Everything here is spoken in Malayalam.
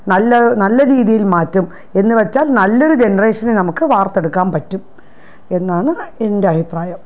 നല്ല നല്ല രീതിയിൽ മാറ്റം എന്നുവച്ചാൽ നല്ലൊരു ജനറേഷനെ നമുക്ക് വാർത്തെടുക്കാൻ പറ്റും എന്നാണ് എൻ്റെ അഭിപ്രായം